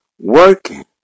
Working